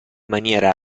maniera